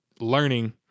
learning